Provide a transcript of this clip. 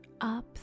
Up